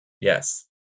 Yes